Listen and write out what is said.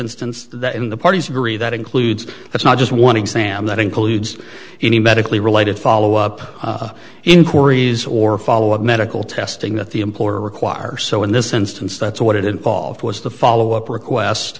instance that in the parties agree that includes it's not just one exam that includes any medically related follow up inquiries or follow up medical testing that the employer require so in this instance that's what it involved was the follow up request